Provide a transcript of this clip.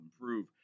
improve